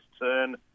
turn